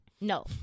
No